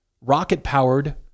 rocket-powered